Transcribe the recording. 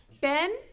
Ben